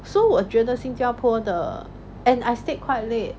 so 我觉得新加坡的 and I stayed quite late